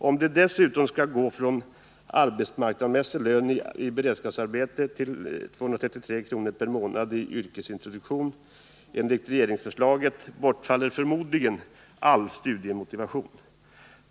Om de dessutom skall gå från arbetsmarknadsmässig lön i beredskapsarbete till 233 kronor per månad i yrkesintroduktion, enligt regeringsförslaget, bortfaller förmodligen all studiemotivation.